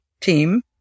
team